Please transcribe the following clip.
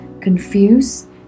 confused